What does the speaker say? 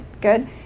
good